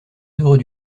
heureux